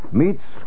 meets